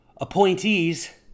appointees